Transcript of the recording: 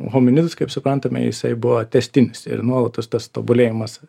hominidus kaip suprantame jisai buvo tęstinis ir nuolatos tas tobulėjimas